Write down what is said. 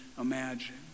imagine